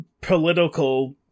political